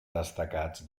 destacats